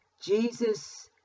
Jesus